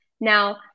Now